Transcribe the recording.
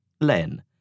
Len